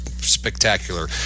Spectacular